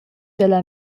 dalla